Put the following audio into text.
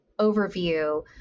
overview